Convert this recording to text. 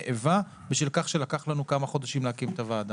איבה בשל כך שלקח לנו כמה חודשים להקים את הוועדה.